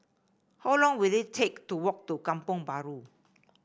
how long will it take to walk to Kampong Bahru